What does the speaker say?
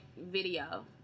video